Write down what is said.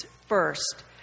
first